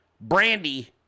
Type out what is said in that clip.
Brandy